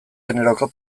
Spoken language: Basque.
generoko